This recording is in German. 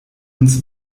uns